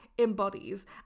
embodies